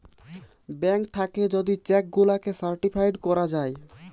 bank থাকে যদি cheque গুলাকে সার্টিফাইড করা যায়